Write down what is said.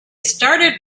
started